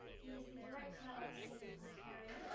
he is the director of the hayden planetarium.